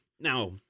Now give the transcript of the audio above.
Now